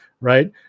Right